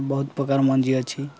ବହୁତ ପ୍ରକାର ମଞ୍ଜି ଅଛି